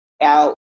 out